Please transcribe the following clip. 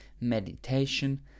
meditation